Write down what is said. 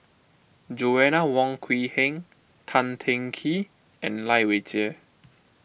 Joanna Wong Quee Heng Tan Teng Kee and Lai Weijie